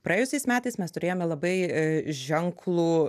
praėjusiais metais mes turėjome labai ženklų